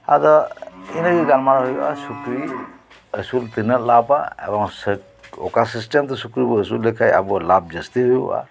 ᱟᱫᱚ ᱤᱱᱟᱹ ᱜᱮ ᱜᱟᱞᱢᱟᱨᱟᱣ ᱦᱩᱭᱩᱜᱼᱟ ᱥᱩᱠᱨᱤ ᱟᱹᱥᱩᱞ ᱛᱤᱱᱟᱹᱜ ᱞᱟᱵᱷᱼᱟ ᱮᱵᱚᱝ ᱚᱠᱟ ᱥᱤᱥᱴᱮᱢ ᱛᱮ ᱥᱩᱠᱨᱤ ᱵᱚᱱ ᱟᱹᱥᱩᱞ ᱞᱮᱠᱷᱟᱱ ᱟᱵᱚ ᱞᱟᱵᱷ ᱡᱟᱹᱥᱛᱤ ᱦᱩᱭᱩᱜᱼᱟ